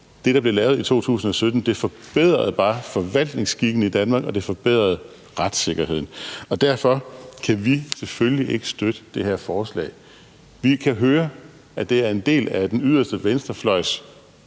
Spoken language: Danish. Det, der blev lavet i 2017, forbedrede bare forvaltningsskikken i Danmark, og det forbedrede retssikkerheden, og derfor kan vi selvfølgelig ikke støtte det her forslag. Vi kan høre, at det er en del af den yderste venstrefløjs